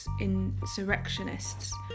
insurrectionists